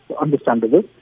understandable